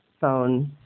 phone